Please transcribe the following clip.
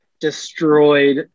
destroyed